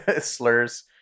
slurs